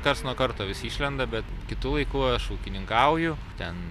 karts nuo karto vis išlenda bet kitu laiku aš ūkininkauju ten